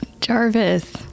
Jarvis